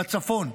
בצפון,